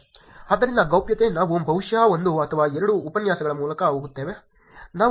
ಆದ್ದರಿಂದ ಗೌಪ್ಯತೆ ನಾವು ಬಹುಶಃ ಒಂದು ಅಥವಾ ಎರಡು ಉಪನ್ಯಾಸಗಳ ಮೂಲಕ ಹೋಗುತ್ತೇವೆ